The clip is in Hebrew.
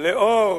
לאור